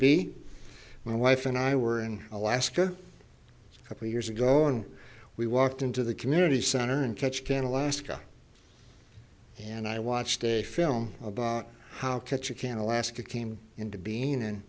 be my wife and i were in alaska three years ago and we walked into the community center and catch can alaska and i watched a film about how ketchikan alaska came into being in